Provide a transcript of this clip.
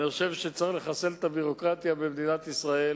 אני חושב שצריך לחסל את הביורוקרטיה במדינת ישראל